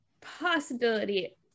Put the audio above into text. possibility